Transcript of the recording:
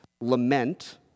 lament